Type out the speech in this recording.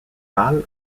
pâle